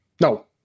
No